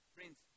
Friends